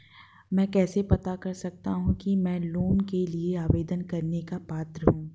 मैं कैसे पता कर सकता हूँ कि मैं लोन के लिए आवेदन करने का पात्र हूँ?